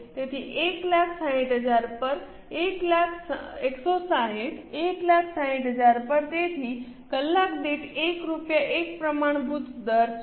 તેથી 160000 પર 160 160000 પર તેથી કલાક દીઠ 1 રૂપિયા એક પ્રમાણભૂત દર છે